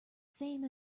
same